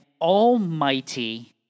almighty